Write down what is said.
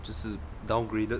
就是 downgraded